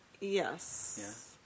Yes